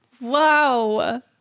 Wow